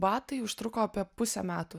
batai užtruko apie pusę metų